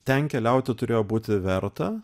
ten keliauti turėjo būti verta